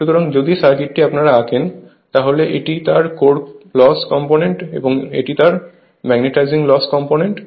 সুতরাং যদি সার্কিটটি আপনারা আঁকেন তাহলে এটি তার কোর লস কম্পোনেন্ট এবং এটি তার ম্যাগনেটাইজিং লস কম্পোনেন্ট